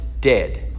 dead